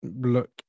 look